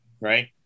right